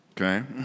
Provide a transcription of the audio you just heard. Okay